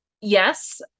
yes